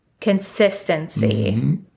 Consistency